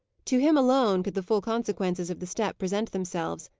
to him alone could the full consequences of the step present themselves,